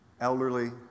Elderly